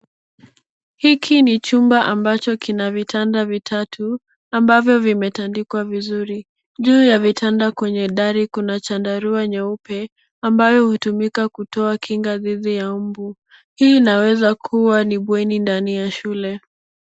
Hiki ni jumba ambacho kina vitanda vitatu ambavyo vimetandikwa vizuri. Juu ya vitanda kwenye dari kuna chandarua nyeupe ambayo utumika kutoa Kinga dhidi ya mbuu, hii inaweza kuwa ni bweni ndani ya shule.